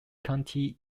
county